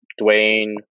Dwayne